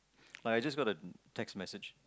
like I just got a text message